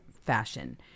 fashion